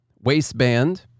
waistband